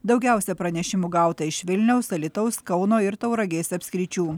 daugiausia pranešimų gauta iš vilniaus alytaus kauno ir tauragės apskričių